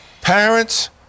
parents